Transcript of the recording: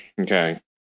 okay